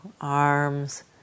arms